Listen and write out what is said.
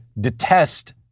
detest